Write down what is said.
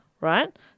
right